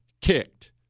kicked